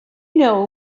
know